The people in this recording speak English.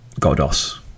Godos